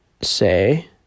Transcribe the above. say